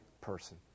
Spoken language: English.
person